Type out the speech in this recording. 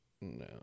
No